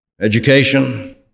education